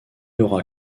aura